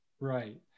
Right